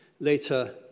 later